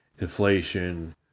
inflation